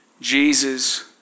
Jesus